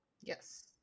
Yes